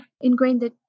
ingrained